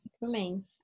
remains